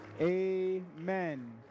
Amen